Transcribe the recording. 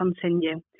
continue